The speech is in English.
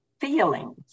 feelings